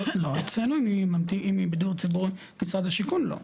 לא, אצלנו אם היא בדיור ציבורי, משרד השיכון, לא.